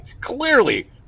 clearly